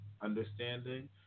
understanding